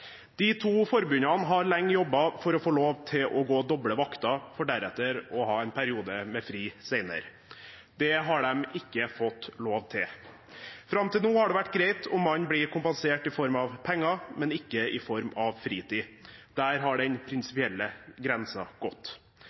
De to forbundene har lenge jobbet for å få lov til å gå doble vakter, for deretter å ha en periode med fri senere. Det har de ikke fått lov til. Fram til nå har det vært greit at man blir kompensert i form av penger, men ikke i form av fritid – der har den prinsipielle grensen gått.